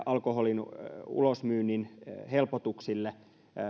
alkoholin ulosmyynnin helpotuksille